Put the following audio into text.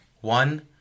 one